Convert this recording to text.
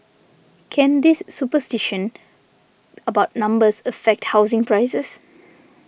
can this superstition about numbers affect housing prices